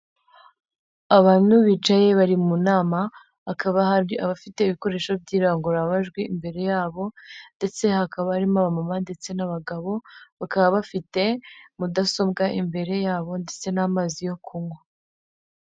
Abantu bicaye bari mu nama hakaba hari abafite ibikoresho by'irangururamajwi imbere y'abo ndetse hakaba harimo aba mama ndetse n'abagabo, bakaba bafite mudasobwa imbere y'abo ndetse n'amazi yo kunywa.